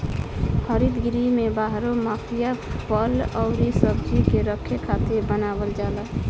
हरित गृह में बारहो महिना फल अउरी सब्जी के रखे खातिर बनावल जाला